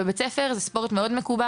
שיעורי הספורט בבתי הספר הם דבר מאוד מקובע,